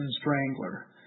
Strangler